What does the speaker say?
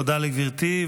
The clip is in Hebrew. תודה לגברתי,